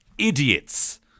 Idiots